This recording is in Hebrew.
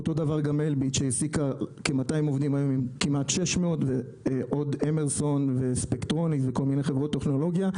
כך גם אלביט שהעסיקה כ-200 עובדים והיום כמעט 600. גם אמרסון-ספקטרוניקס וכל מיני חברות טכנולוגיה.